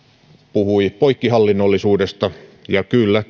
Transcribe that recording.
puhui poikkihallinnollisuudesta kyllä